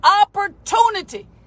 opportunity